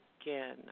again